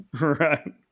Right